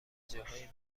جاهای